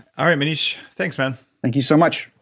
alright, maneesh, thanks man thank you so much